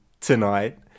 tonight